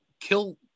Kill